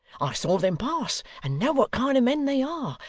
i saw them pass, and know what kind of men they are.